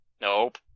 nope